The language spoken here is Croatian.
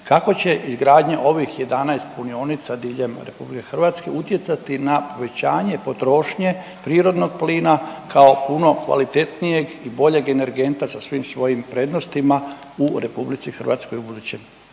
Kako će izgradnja ovih 11 punionica diljem RH utjecati na povećanje potrošnje prirodnog plina kao puno kvalitetnijeg i boljeg energenta sa svim svojim prednostima u RH u budućem